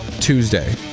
Tuesday